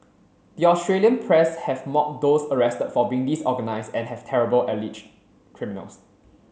the Australian press have mocked those arrested for being disorganised and have terrible alleged criminals